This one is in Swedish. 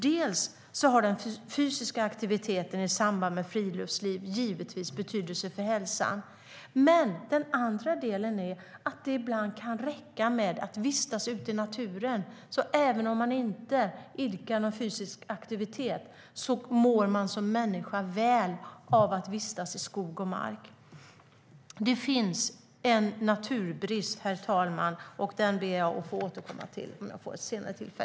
Den fysiska aktiviteten i samband med friluftsliv har givetvis betydelse för hälsan, men den andra förklaringen är att det ibland kan räcka med att vistas ute i naturen. Även om man inte idkar fysisk aktivitet mår man som människa väl av att vistas i skog och mark. Det finns en naturbrist, och den ber jag att få återkomma till.